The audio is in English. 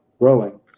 growing